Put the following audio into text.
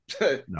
No